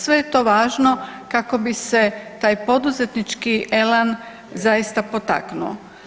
Sve je to važno kako bi se taj poduzetnički elan zaista potaknuo.